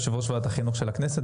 יושב-ראש ועדת החינוך של הכנסת,